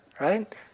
right